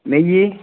நெய்